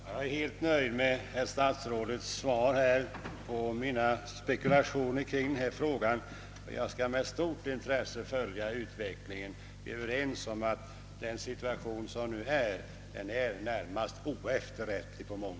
Herr talman! Jag är helt nöjd med statsrådets svar på mina erinringar kring denna fråga. Jag skall med stort intresse följa utvecklingen. Vi är överens om att den nuvarande situationen är närmast oefterrättlig.